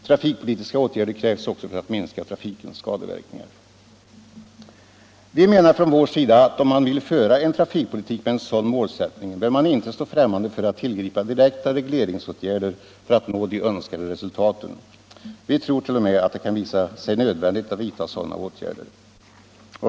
Trafikpolitiska åtgärder krävs också för att minska trafikens skadeverkningar. Vi menar från vår sida att om man vill föra en trafikpolitik med en sådan målsättning bör man inte stå främmande för att tillgripa direkta regleringsåtgärder för att nå de önskade resultaten. Vi tror t.o.m. att det kan visa sig nödvändigt att vidta sådana åtgärder.